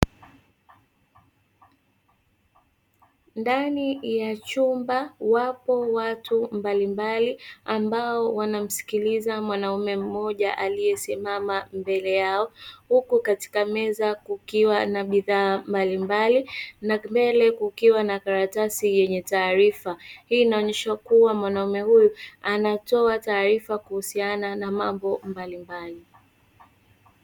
Ndani ya chumba wapo watu mbalimbali, ambao wanamsikiliza mwanaume mmoja aliyesimama mbele yao, huku katika meza kukiwa na bidhaa mbalimbali na mbele kukiwa na karatasi yenye taarifa. Hii inaonyesha kuwa mwanaume huyu anatoa taarifa kuhusiana na mambo mbalimbali.